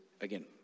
again